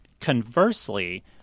Conversely